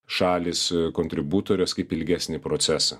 šalys kontributorės kaip ilgesnį procesą